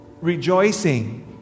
rejoicing